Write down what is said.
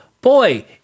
boy